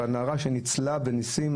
בנערה שניצלה בניסים,